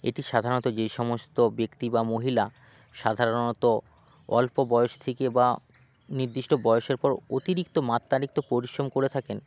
এটি সাধারণত যেই সমস্ত ব্যক্তি বা মহিলা সাধারণত অল্প বয়স থেকে বা নির্দিষ্ট বয়সের পর অতিরিক্ত মাত্রাতিরিক্ত পরিশ্রম করে থাকেন